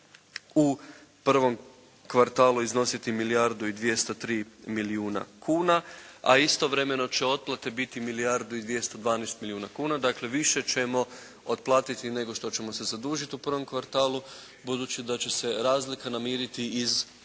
u prvom kvartalu iznositi milijardu i 203 milijuna kuna, a istovremeno će otplate biti milijardu i 112 milijuna kuna. Dakle više ćemo otplatiti nego što ćemo se zadužiti u prvom kvartalu, budući da će se razlika namiriti iz suficita